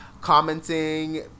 Commenting